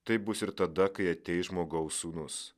taip bus ir tada kai ateis žmogaus sūnus